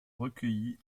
recueilli